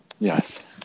Yes